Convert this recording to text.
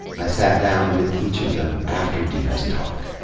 i sat down with each of them after deena's talk.